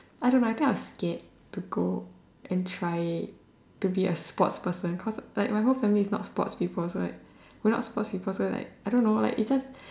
I don't know I think I was scared to go and try it to be a sportsperson because like my whole family is not sports people we are not sports people so like I don't know its just like